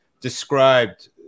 described